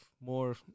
more